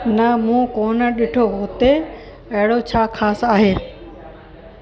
न मूं कोन ॾिठो हुते अहिड़ो छा ख़ासि आहे